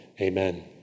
Amen